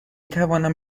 توانم